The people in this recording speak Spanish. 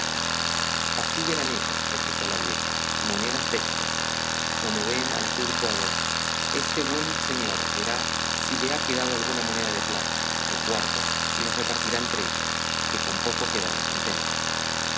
así verán ellas replicó la vieja moneda déstas como veen al turco agora este buen señor verá si le ha quedado alguna moneda de plata o cuartos y los repartirá entre ellas que con poco quedarán contentas